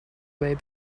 way